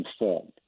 informed